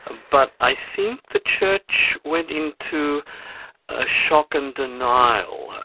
but i think the church went into ah shock and denial.